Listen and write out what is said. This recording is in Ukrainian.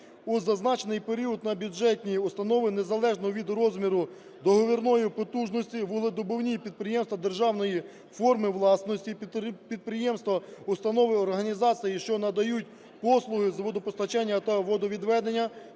У зазначений період на бюджетні установи, незалежно від розміру договірної потужності, вугледобувні підприємства державної форми власності, підприємства, установи, організації, що надають послуги з водопостачання та водовідведення,